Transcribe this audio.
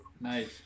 nice